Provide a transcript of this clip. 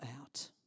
out